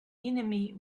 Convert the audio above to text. enemy